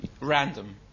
Random